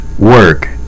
work